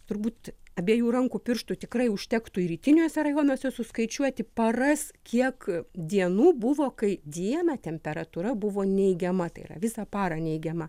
turbūt abiejų rankų pirštų tikrai užtektų ir rytiniuose rajonuose suskaičiuoti paras kiek dienų buvo kai dieną temperatūra buvo neigiama tai yra visą parą neigiama